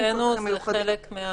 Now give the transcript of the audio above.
מבחינתנו זה חלק.